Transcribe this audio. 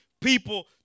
people